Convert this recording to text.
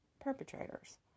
perpetrators